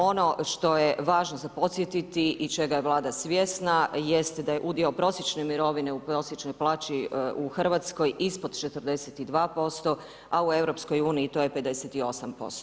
Ono što je važno za podsjetiti i čega je Vlada svjesna jest da je udio prosječne mirovine u prosječnoj plaći u Hrvatskoj ispod 42% a u EU to je 58%